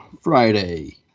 Friday